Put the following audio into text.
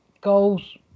Goals